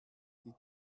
die